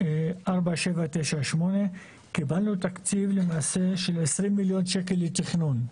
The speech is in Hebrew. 4798 קיבלנו תקציב למעשה של 20 מיליון שקל לתכנון,